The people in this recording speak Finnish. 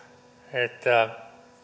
että